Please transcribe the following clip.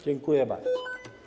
Dziękuję bardzo.